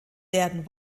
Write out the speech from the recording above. werden